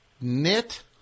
Knit